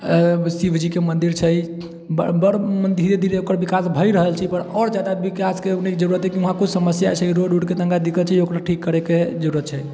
शिवजीके मन्दिर छै बड़ बड़ धीरे धीरे ओकर विकास भऽ रहल छै पर आओर ज्यादा विकासके ओन्ने जरूरत हइ कि वहाँ किछु समस्या छै रोड उडके तनिका दिक्कत छै ओकरो ठीक करैके जरूरत छै